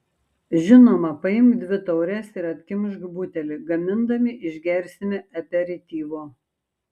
žinoma paimk dvi taures ir atkimšk butelį gamindami išgersime aperityvo